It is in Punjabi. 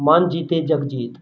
ਮਨਿ ਜੀਤੈ ਜਗੁ ਜੀਤੁ